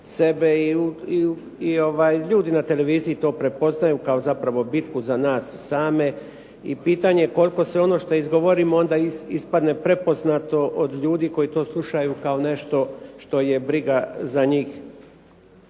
sebe i ovaj to na televiziji to pretpostavljaju kao zapravo bitku za nas same i pitanje koliko se ono što izgovorimo onda ispadne prepoznato od ljudi koji to slušaju kao nešto što je briga za njih.